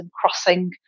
crossing